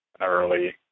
early